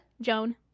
Joan